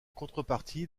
contrepartie